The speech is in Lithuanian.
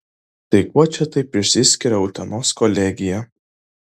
tai kuo čia taip išsiskiria utenos kolegija